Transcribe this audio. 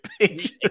pages